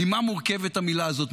ממה מורכבת המילה הזאת?